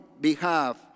behalf